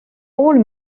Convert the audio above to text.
pool